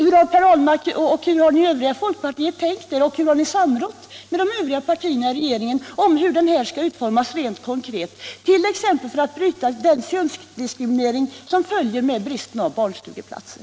Hur har herr Ahlmark och de övriga i folkpartiet tänkt er att lagstiftningen skall utformas rent konkret och hur har ni samrått med de övriga partierna i regeringen om detta? Hur skall man t.ex. kunna bryta den könsdiskriminering som följer med bristen på barnstugeplatser?